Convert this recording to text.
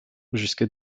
jusque